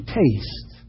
taste